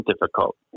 difficult